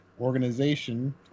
organization